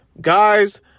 guys